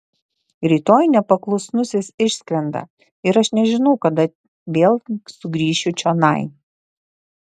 rytoj nepaklusnusis išskrenda ir aš nežinau kada vėl sugrįšiu čionai